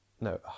no